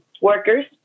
workers